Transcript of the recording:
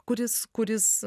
kuris kuris